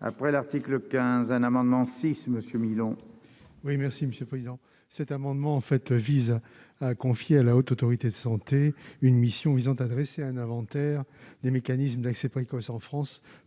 après l'article 15 un amendement si Monsieur Milon. Oui, merci Monsieur le Président, cet amendement fait vise à confier à la Haute autorité de santé une mission visant à dresser un inventaire des mécanismes d'accès précoce en France